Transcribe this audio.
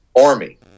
army